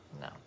No